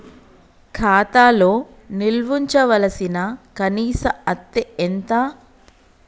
ఖాతా లో నిల్వుంచవలసిన కనీస అత్తే ఎంత?